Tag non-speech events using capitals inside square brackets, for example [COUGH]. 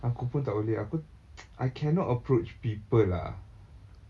aku pun tak boleh aku [NOISE] I cannot approach people ah